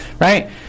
right